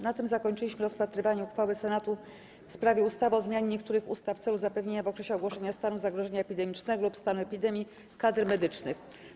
Na tym zakończyliśmy rozpatrywanie uchwały Senatu w sprawie ustawy o zmianie niektórych ustaw w celu zapewnienia w okresie ogłoszenia stanu zagrożenia epidemicznego lub stanu epidemii kadr medycznych.